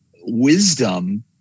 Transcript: wisdom